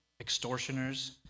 extortioners